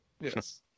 Yes